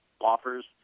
offers